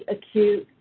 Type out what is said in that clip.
acute,